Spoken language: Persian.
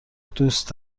دوست